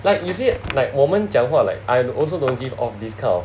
like you said like 我们讲话 like I also don't give off this kind of